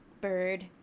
bird